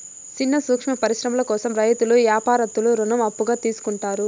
సిన్న సూక్ష్మ పరిశ్రమల కోసం రైతులు యాపారత్తులు రుణం అప్పుగా తీసుకుంటారు